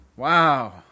Wow